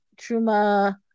truma